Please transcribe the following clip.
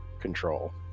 control